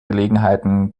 gelegenheiten